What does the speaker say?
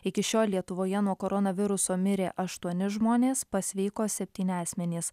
iki šiol lietuvoje nuo koronaviruso mirė aštuoni žmonės pasveiko septyni asmenys